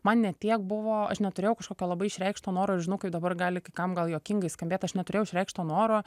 man ne tiek buvo aš neturėjau kažkokio labai išreikšto noro ir žinau kaip dabar gali kai kam gal juokingai skambėt aš neturėjau išreikšt to noro